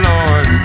Lord